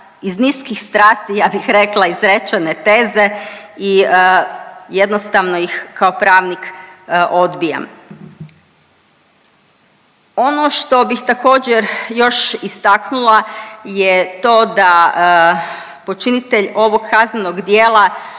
iz niskih strasti ja bih rekla, izrečene teze i jednostavno ih kao pravnik odbijam. Ono što bih također još istaknula je to da počinitelj ovog kaznenog djela